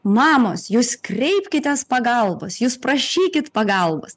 mamos jūs kreipkitės pagalbos jūs prašykit pagalbos